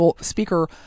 speaker